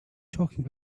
talking